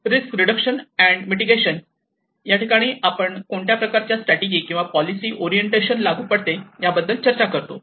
risk reduction and mitigation याठिकाणी आपण कोणत्या प्रकारच्या स्ट्रॅटेजी किंवा पॉलिसी ओरिएंटेशन लागू पडते याबद्दल चर्चा करतो